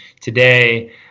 today